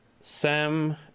Sam